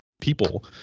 people